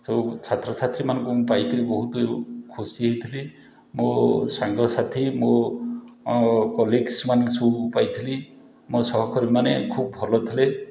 ସବୁ ଛାତ୍ରଛାତ୍ରୀ ମାନଙ୍କୁ ମୁଁ ପାଇକିରି ବହୁତ ଖୁସି ହେଇଥିଲି ମୋ ସାଙ୍ଗସାଥି ମୋ କଲିଗ୍ସମାନଙ୍କ ସବୁ ମୁଁ ପାଇଥିଲି ମୋ ସହକର୍ମୀମାନେ ଖୁବ୍ ଭଲ ଥିଲେ